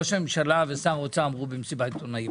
ראש הממשלה ושר האוצר אמרו במסיבת העיתונאים.